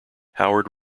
howard